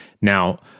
Now